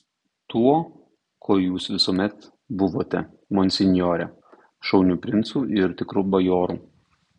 tuo kuo jūs visuomet buvote monsinjore šauniu princu ir tikru bajoru